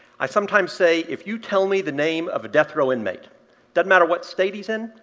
i sometimes say, if you tell me the name of a death row inmate doesn't matter what state he's in,